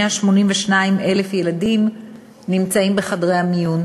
182,000 ילדים מתאשפזים,